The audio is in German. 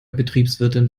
betriebswirtin